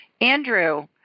Andrew